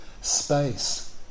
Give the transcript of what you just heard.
space